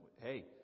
hey